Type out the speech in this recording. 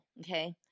Okay